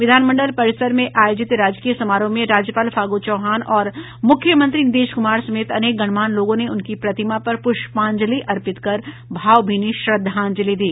विधानमंडल परिसर में आयोजित राजकीय समारोह में राज्यपाल फागू चौहान और मुख्यमंत्री नीतीश कुमार समेत अनेक गणमान्य लोगों ने उनकी प्रतिमा पर पुष्पांजलि अर्पित कर भावभीनी श्रद्धांजलि दी